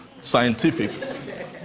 scientific